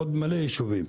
עוד מלא יישובים.